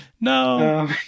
no